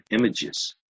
images